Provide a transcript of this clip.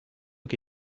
che